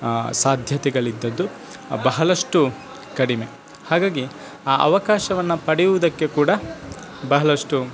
ಸಾಧ್ಯತೆಗಳಿದ್ದದ್ದು ಬಹಳಷ್ಟು ಕಡಿಮೆ ಹಾಗಾಗಿ ಆ ಅವಕಾಶವನ್ನು ಪಡೆಯೋದಕ್ಕೆ ಕೂಡ ಬಹಳಷ್ಟು